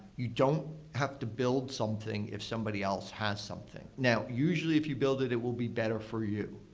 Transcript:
you don't have to build something if somebody else has something. now, usually, if you build it, it will be better for you.